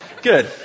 Good